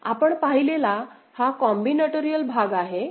आपण पाहिलेला हा कॉम्बिनेटोरिअल भाग आहे